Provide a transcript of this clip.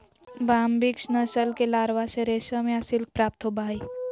Bombyx नस्ल के larva से रेशम या सिल्क प्राप्त होबा हइ